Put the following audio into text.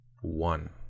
One